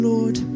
Lord